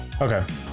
Okay